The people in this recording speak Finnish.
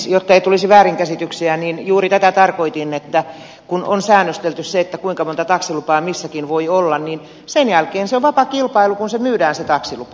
jotta ei tulisi väärinkäsityksiä niin juuri tätä tarkoitin että kun on säännöstelty se kuinka monta taksilupaa missäkin voi olla niin sen jälkeen se on vapaa kilpailu kun se myydään se taksilupa